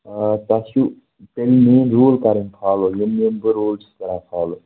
آ تَتھ چھُ تَمہِ میٲنۍ روٗل کَرٕنۍ فالو یِم یِم بہٕ روٗل چھُس کَران فالو